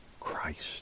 Christ